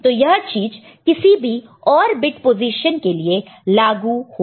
तो यह चीज किसी भी और बिट पोजीशन के लिए लागू होगा